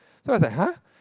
so I was like !huh!